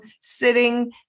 sitting